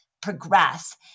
progress